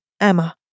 EMMA